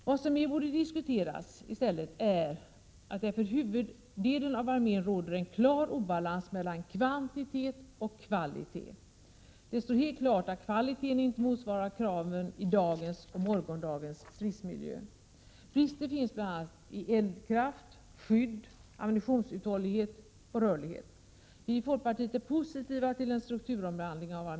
Diskussionen borde mer handla om den uppenbara obalans som råder mellan kvantitet och kvalitet för huvuddelen av armén. Det står helt klart att kvaliteten inte motsvarar kraven i dagens och morgondagens stridsmiljö. Brister finns bl.a. i vad det gäller eldkraft, skydd, ammunitionsuthållighet och rörlighet. Vi i folkpartiet är positiva till en strukturomvandling av armén. Det kommer att 1 Prot.